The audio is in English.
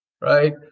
right